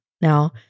Now